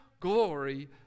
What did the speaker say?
glory